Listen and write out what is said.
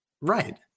Right